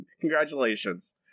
Congratulations